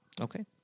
Okay